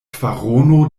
kvarono